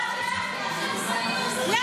תודה רבה לך, אדוני היושב-ראש.